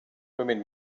women